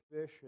fish